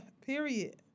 Period